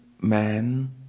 man